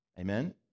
Amen